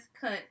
cut